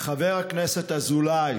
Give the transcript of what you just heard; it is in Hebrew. חבר הכנסת אזולאי,